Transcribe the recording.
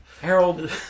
Harold